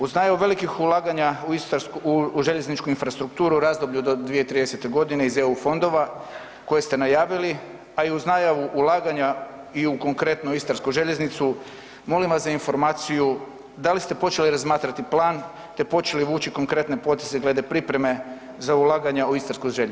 U najavu velikih ulaganja u istarsku, u željezničku infrastrukturu u razdoblju do 2030. godine iz EU fondova koje ste najavili, a i uz najavu ulaganja i u konkretno istarsku željeznicu molim vas za informaciju da li ste počeli razmatrati plan te počeli vući konkretne poteze glede pripreme za ulaganja u istarsku željeznicu?